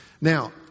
Now